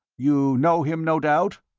you know him, no doubt?